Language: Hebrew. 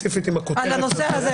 ספציפית עם הכותרת הזאת --- על הנושא הזה.